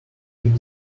keep